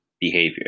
behavior